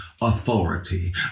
authority